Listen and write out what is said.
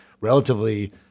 relatively